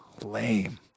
lame